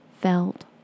felt